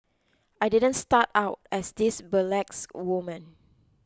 I didn't start out as this burlesque woman